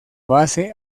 base